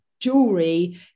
jewelry